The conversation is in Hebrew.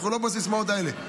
אנחנו לא בסיסמאות האלה.